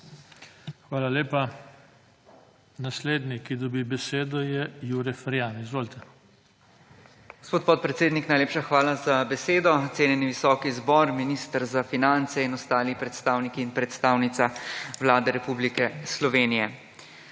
Hvala lepa. Naslednji, ki dobi besedo, je Jure Ferjan. Izvolite. **JURE FERJAN (PS SDS):** Gospod podpredsednik, najlepša hvala za besedo. Cenjeni visoki zbor, minister za finance in ostali predstavniki in predstavnica Vlade Republike Slovenije.